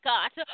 God